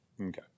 okay